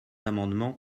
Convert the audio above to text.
amendements